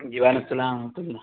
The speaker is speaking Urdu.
جی وعلیکم السلام و رحمۃ اللہ